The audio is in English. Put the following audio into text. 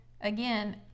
again